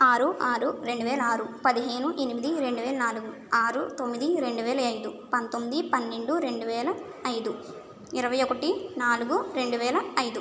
ఆరు ఆరు రెండువేల ఆరు పదిహేను ఎనిమిది రెండువేల నాలుగు ఆరు తొమ్మిది రెండువేల ఐదు పంతొమ్మిది పన్నెండు రెండువేల ఐదు ఇరవై ఒకటి నాలుగు రెండువేల ఐదు